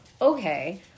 okay